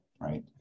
right